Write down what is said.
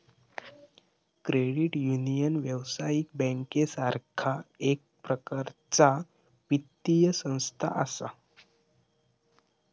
credit union, व्यावसायिक बँकेसारखा एक प्रकारचा वित्तीय संस्था असा